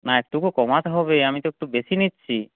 না একটু কমাতে হবে আমি তো একটু বেশি নিচ্ছি